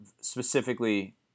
specifically